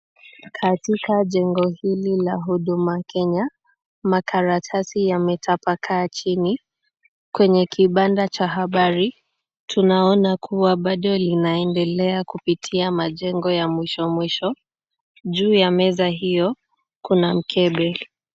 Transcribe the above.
Katika jengo hili la huduma Kenya makaratasi yametapakaa chini. Kwenye kibanda cha habari tunaona kuwa bado linaendelea kupitia majengo ya mwisho mwisho. Juu ya meza hiyo kuna mkebe.